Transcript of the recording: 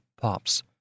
pops